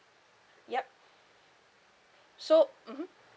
yup so mmhmm